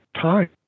time